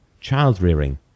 child-rearing